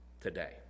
today